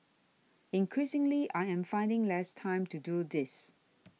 increasingly I am finding less time to do this